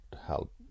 help